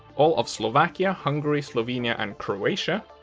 all of slovakia, hungary, slovenia and croatia,